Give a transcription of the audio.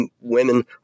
women